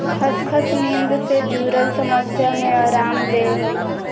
खसखस नींद से जुरल समस्या में अराम देय हइ